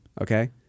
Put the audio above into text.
Okay